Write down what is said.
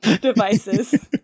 devices